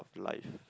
life